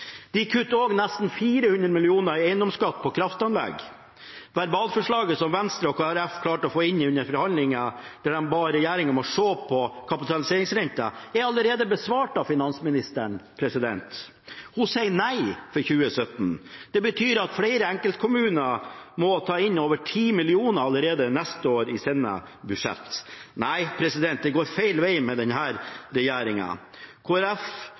De kutter også nesten 400 mill. kr i eiendomsskatt på kraftanlegg. Verbalforslaget som Venstre og Kristelig Folkeparti klarte å få inn under forhandlingene, der de ba regjeringen se på kapitaliseringsrenta, er allerede besvart av finansministeren. Hun sier nei for 2017. Det betyr at flere enkeltkommuner må ta inn over 10 mill. kr allerede neste år i sine budsjett. Nei, det går feil veg med denne regjeringa.